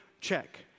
check